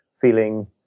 feeling